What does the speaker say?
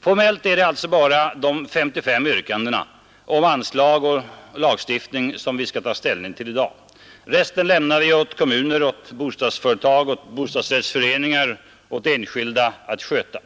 Formellt är det alltså bara de 55 yrkandena om anslag och lagstiftning som vi skall ta ställning till i dag. Resten lämnar vi åt kommuner, bostadsföretag, bostadsrättsföreningar och åt enskilda att sköta.